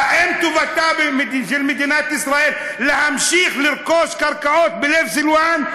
האם טובתה של מדינת ישראל להמשיך לרכוש קרקעות בלב סילואן?